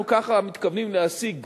אנחנו ככה מתכוונים להשיג